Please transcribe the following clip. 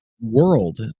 world